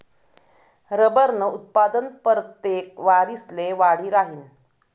रबरनं उत्पादन परतेक वरिसले वाढी राहीनं